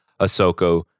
Ahsoka